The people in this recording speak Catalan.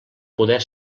poder